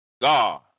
God